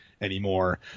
anymore